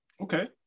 okay